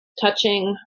touching